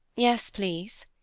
yes, please.